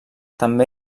també